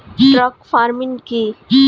Truck farming কি?